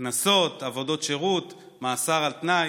קנסות, עבודות שירות, מאסר על תנאי.